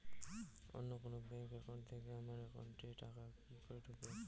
অন্য কোনো bank account থেকে আমার একাউন্ট এ টাকা কি করে ঢুকবে?